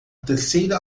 terceira